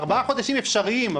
ארבעה חודשים אפשריים,